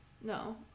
No